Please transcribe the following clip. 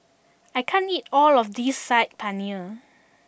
I can't eat all of this Saag Paneer